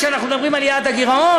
כשאנחנו מדברים על יעד הגירעון.